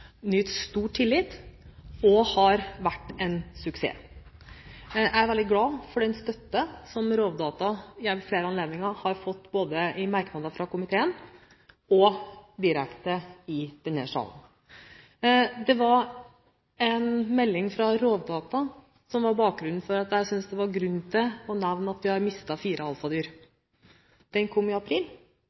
har vært en suksess. Jeg er veldig glad for den støtten som Rovdata ved flere anledninger har fått, både i merknadene fra komiteen og direkte i denne salen. Det var en melding fra Rovdata som var bakgrunnen for at jeg syntes det var grunn til å nevne at vi har mistet fire alfadyr. Den kom i april,